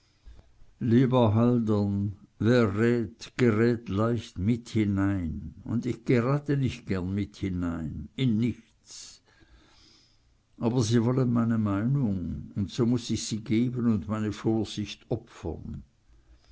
lieber haldern wer rät gerät leicht mit hinein und ich gerate nicht gern mit hinein in nichts aber sie wollen meine meinung und so muß ich sie geben und meine vorsicht opfern